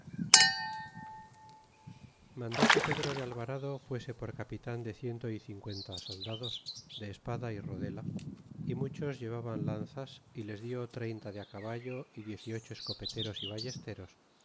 mandó que pedro de alvarado fuese por capitan de ciento y cincuenta soldados de espada y rodela y muchos llevaban lanzas y les dió treinta de caballo y diez y ocho escopeteros y ballesteros